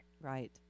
Right